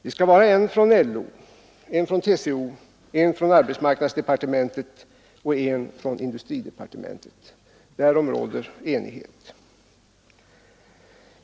Det skall vara en från LO, en från TCO, en från arbetsmarknadsdepartementet och en från industridepartementet — därom råder enighet.